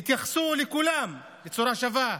יתייחסו לכולם בצורה שווה.